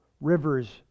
rivers